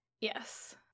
Yes